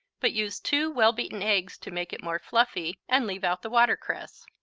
but use two well-beaten eggs to make it more fluffy, and leave out the watercress.